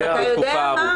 אתה יודע מה?